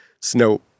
snow